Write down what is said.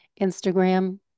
Instagram